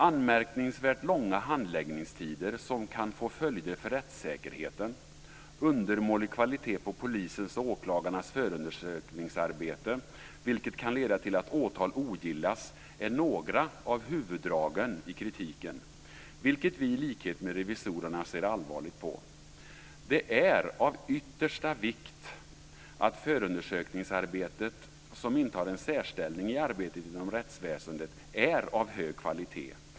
Anmärkningsvärt långa handläggningstider som kan få följder för rättssäkerheten, undermålig kvalitet på polisens och åklagarnas förundersökningsarbete, vilket kan leda till att åtal ogillas är några av huvuddragen i kritiken, vilket vi i likhet med revisorerna ser allvarligt på. Det är av yttersta vikt att förundersökningsarbetet, som intar en särställning i arbetet inom rättsväsendet, är av hög kvalitet.